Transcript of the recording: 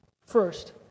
First